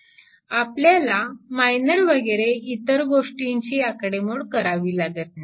आपल्याला मायनर वगैरे इतर गोष्टींची आकडेमोड करावी लागत नाही